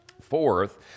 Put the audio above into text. Fourth